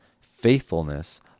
faithfulness